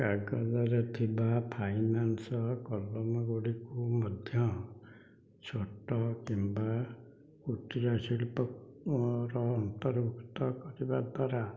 କାଗଜରେ ଥିବା ଫାଇନାନ୍ସ କଲମ ଗୁଡ଼ିକୁ ମଧ୍ୟ ଛୋଟ କିମ୍ବା କୁଟୀର ଶିଳ୍ପର ଅନ୍ତର୍ଭୁକ୍ତ କରିବା ଦ୍ୱାରା